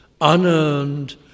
unearned